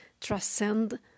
transcend